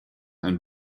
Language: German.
ein